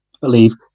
believe